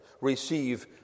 receive